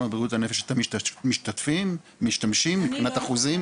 בבריאות הנפש אתם משתמשים מבחינת אחוזים,